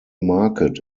market